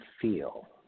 feel